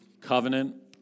covenant